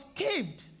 caved